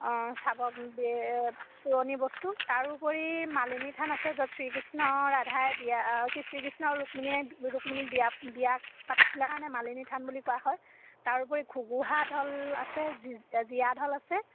অঁ চাব এই পুৰণি বস্তু তাৰোপৰি মালিনী থান আছে য'ত শ্ৰীকৃষ্ণ ৰাধাই বিয়া অঁ কি শ্ৰীকৃষ্ণ ৰুক্মিণীয়ে ৰুক্মিণীক বিয়া বিয়া পাতিছিলে কাৰণে মালিনী থান বুলি কোৱা হয় তাৰোপৰি ঘূঘূহা দ'ল আছে জীয়াধল আছে